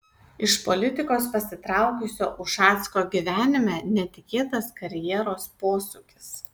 iš politikos pasitraukusio ušacko gyvenime netikėtas karjeros posūkis